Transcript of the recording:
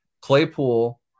Claypool